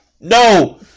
No